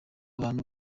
abantu